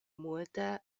multe